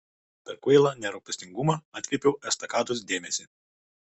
per kvailą nerūpestingumą atkreipiau estakados dėmesį